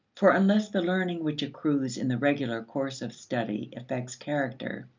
for unless the learning which accrues in the regular course of study affects character,